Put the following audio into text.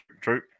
True